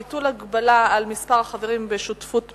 (ביטול ההגבלה על מספר החברים בשותפות מקצועית),